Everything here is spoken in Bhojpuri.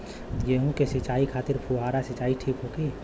गेहूँ के सिंचाई खातिर फुहारा सिंचाई ठीक होखि?